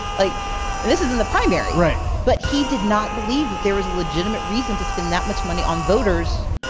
like this is in the primary. right. but he did not believe that there was a legitimate reason to spend that much money on voters,